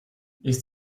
ist